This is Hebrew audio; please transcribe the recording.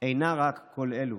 אינה רק כל אלה,